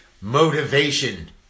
motivation